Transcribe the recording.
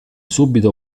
subito